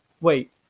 Wait